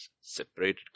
separated